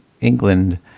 England